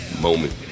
moment